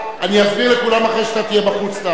תסביר למה,